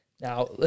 Now